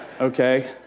Okay